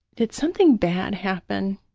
did something bad happen